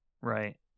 Right